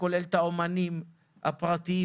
אומנים פרטיים,